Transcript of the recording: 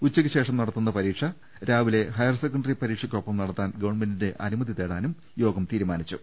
ഉച്ചക്ക് ശേഷം നടത്തുന്ന പരീക്ഷ രാവിലെ പ് ഹയർസെക്കന്റി പരീക്ഷ ക്കൊപ്പം നടത്താൻ ഗവൺമെന്റിന്റെ അനുമതി തേടാനും യോഗം തീരുമാനിച്ചു